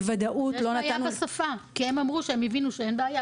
בוודאות לא נתנו --- יש בעיה בשפה הם אמרו שהם הבינו שאין בעיה.